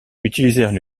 utilisèrent